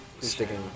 Sticking